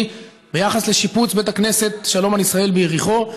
ביחס לשיפוץ בית הכנסת שלום על ישראל ביריחו.